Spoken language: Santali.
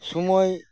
ᱥᱚᱢᱚᱭ